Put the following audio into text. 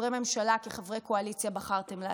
כחברי ממשלה, כחברי קואליציה, בחרתם לעשות?